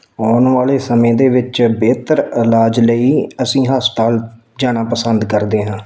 ਆਉਣ ਵਾਲੇ ਸਮੇਂ ਦੇ ਵਿੱਚ ਬਿਹਤਰ ਇਲਾਜ ਲਈ ਅਸੀਂ ਹਸਪਤਾਲ ਜਾਣਾ ਪਸੰਦ ਕਰਦੇ ਹਾਂ